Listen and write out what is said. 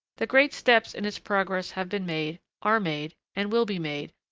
the great steps in its progress have been made, are made, and will be made,